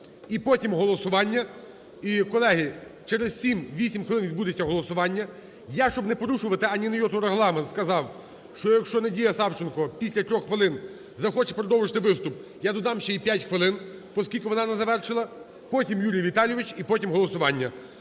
І потім голосування. І, колеги, через 7-8 хвилин відбудеться голосування. Я, щоб не порушувати ані на йоту Регламент, сказав, що якщо Надія Савченко після 3 хвилин захоче продовжити виступ, я додам ще їй п'ять хвилин, поскільки вона не завершила. Потім Юрій Віталійович, і потім голосування.